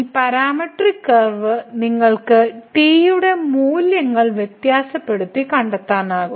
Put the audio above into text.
ഈ parametric curve നിങ്ങൾക്ക് t യുടെ മൂല്യങ്ങൾ വ്യത്യാസപ്പെടുത്തി കണ്ടെത്താനാകും